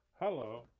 Hello